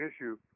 issue